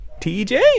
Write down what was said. TJ